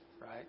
right